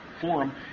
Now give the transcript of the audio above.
forum